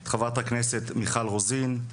את חברת הכנסת מיכל רוזין,